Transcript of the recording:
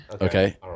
okay